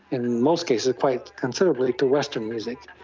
in most cases quite considerably, to western music.